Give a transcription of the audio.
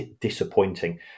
disappointing